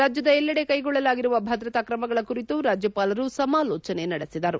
ರಾಜ್ಯದ ಎಲ್ಲೆಡೆ ಕೈಗೊಳ್ಳಲಾಗಿರುವ ಭದ್ರತಾ ಕ್ರಮಗಳ ಕುರಿತು ರಾಜ್ಲಪಾಲರು ಸಮಾಲೋಚನೆ ನಡೆಸಿದರು